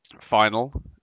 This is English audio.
final